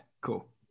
Cool